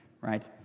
right